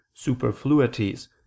superfluities